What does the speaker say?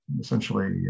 essentially